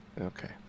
okay